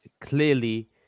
clearly